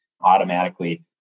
automatically